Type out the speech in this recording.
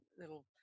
little